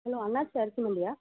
hello அண்ணாச்சி அரிசி மண்டியா